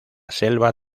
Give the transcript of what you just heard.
selva